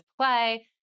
play